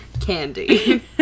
Candy